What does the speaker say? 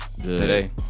today